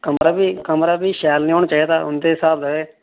कमरा बी शैल नेहा होना चाहिदा उं'दे स्हाब दा गै